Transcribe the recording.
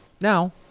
Now